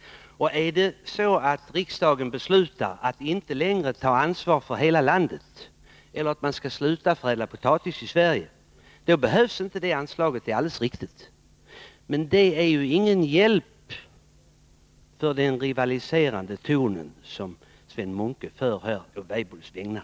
Är det så att riksdagen beslutar att inte längre ta ansvar för hela landet eller att man skall sluta förädla potatis i Sverige så behövs inte detta anslag, det är alldeles riktigt. Men det är ju ingen hjälp för den rivaliserande ton som Sven Munke här för å Weibulls vägnar.